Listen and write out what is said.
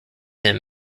him